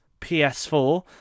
PS4